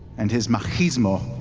and his machismo.